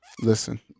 listen